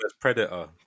Predator